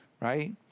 right